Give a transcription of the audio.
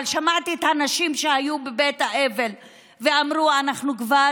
אבל שמעתי גם את האנשים שהיו בבית האבל ואמרו: אנחנו כבר